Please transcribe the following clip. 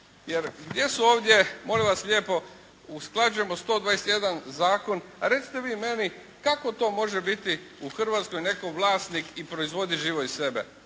jer gdje su ovdje molim vas lijepo, usklađujemo 121 zakon. Recite vi meni kako to može biti u Hrvatskoj netko vlasnik i proizvoditi …/Govornik se